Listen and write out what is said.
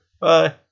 Bye